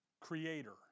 Creator